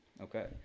okay